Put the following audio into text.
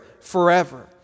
forever